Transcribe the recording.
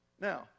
Now